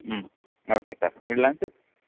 ಹ್ಞೂ okay sir ಇಡ್ಲನು sir